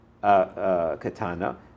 katana